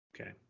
Okay